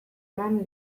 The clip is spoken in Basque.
eman